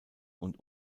und